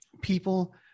people